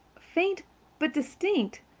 faint but distinct,